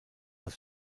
das